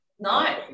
No